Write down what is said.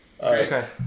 Okay